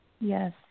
Yes